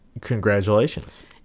Congratulations